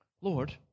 Lord